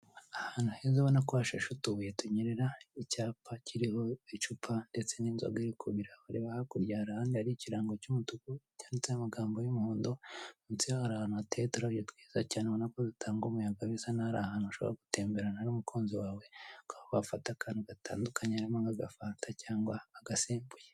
Ahantu heza ubona ko hashashe utubuye tunyerera, icyapa kiriho icupa ndetse n'izoga iri ku birahure, reba hakurya hari ahandi hari ikirango cy'umutuku cyanditseho amagambo y'umuhondo munsi yaho hari ahantu hateye uturabyo twiza ubona dutanga umuyaga mwiza, ari ahantu ushobora gutemberana n'umukunzi wawe ukaba wafata akantu gatandukanye karimo nk'agafanta cyangwa agasembuye.